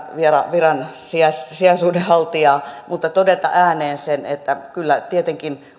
viransijaisuuden haltijaa vaan todeta ääneen sen että kyllä tietenkin